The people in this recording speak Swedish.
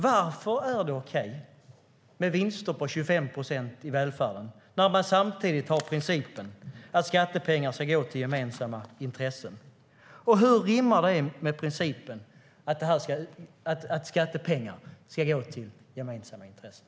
Varför är det okej med vinster på 25 procent i välfärden när man samtidigt har principen att skattepengar ska gå till gemensamma intressen? Hur rimmar det med principen att skattepengar ska gå till gemensamma intressen?